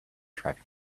traffic